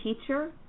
teacher